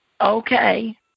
Okay